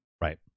Right